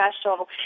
special